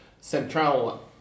Central